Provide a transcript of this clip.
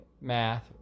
math